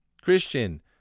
Christian